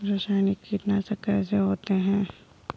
रासायनिक कीटनाशक कैसे होते हैं?